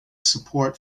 support